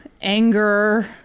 anger